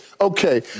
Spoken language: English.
okay